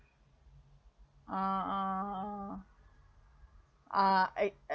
uh err uh eh at